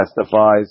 testifies